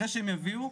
אחרי שהם יביאו,